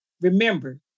Remember